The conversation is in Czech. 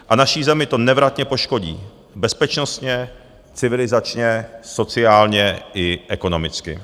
A naši zemi to nevratně poškodí bezpečnostně, civilizačně, sociálně i ekonomicky.